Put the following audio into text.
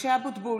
משה אבוטבול,